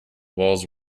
walls